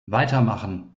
weitermachen